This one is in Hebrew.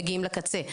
מגיעים לקצה,